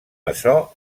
açò